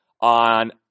on